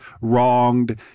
wronged